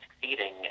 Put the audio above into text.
succeeding